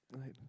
right